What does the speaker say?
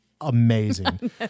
amazing